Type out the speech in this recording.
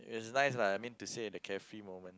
it's nice lah I mean to say the carefree moments